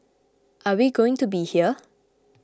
are we going to be here